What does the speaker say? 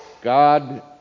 God